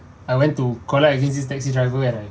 I went to collide with this taxi driver and I